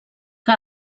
que